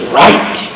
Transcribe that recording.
right